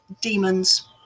demons